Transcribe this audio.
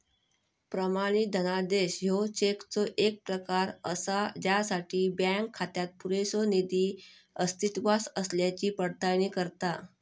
प्रमाणित धनादेश ह्यो चेकचो येक प्रकार असा ज्यासाठी बँक खात्यात पुरेसो निधी अस्तित्वात असल्याची पडताळणी करता